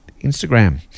Instagram